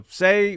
say